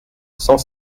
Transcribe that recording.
cent